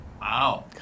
Wow